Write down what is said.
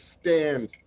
stand